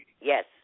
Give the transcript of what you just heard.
Yes